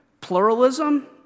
pluralism